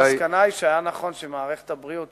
המסקנה היא שהיה נכון שמערכת הבריאות